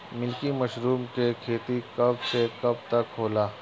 Milky mushroom के खेती कब से कब तक होला?